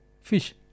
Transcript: Fish